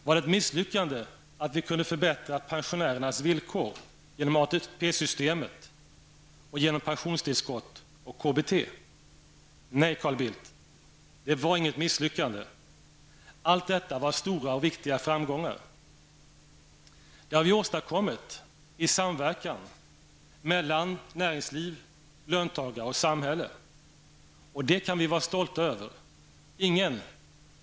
Var det ett misslyckande att vi kunde förbättra pensionärernas villkor genom ATP-systemet, pensionstillskott och KBT? Nej, Carl Bildt, det var inget misslyckande. Allt detta var stora och viktiga framgångar. Det har vi åstadkommit i samverkan med näringslivet, löntagare och samhälle. Det kan vi vara stolta över.